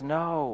no